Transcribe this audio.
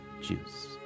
juice